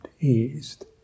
eased